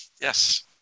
Yes